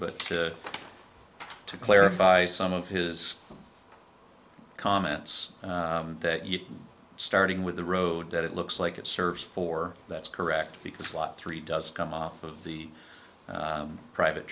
but to clarify some of his comments that you starting with the road that it looks like it serves for that's correct because lot three does come off of the private